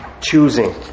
choosing